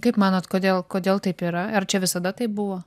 kaip manot kodėl kodėl taip yra ar čia visada taip buvo